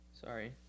Sorry